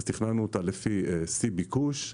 תכננו אותה לפי שיא ביקוש,